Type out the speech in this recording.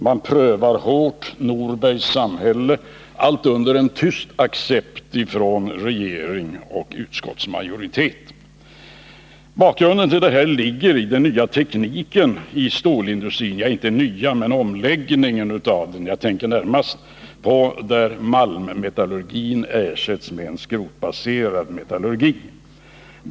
Man prövar hårt Norbergs samhälle. Allt under en tyst accept från regering och utskottsmajoritet. Bakgrunden till det här ligger i omläggningen av teknik i stålindustrin — jag tänker närmast på ersättningen av malmmetallurgi med en skrotbaserad metallurgi.